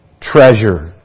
treasure